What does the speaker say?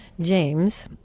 James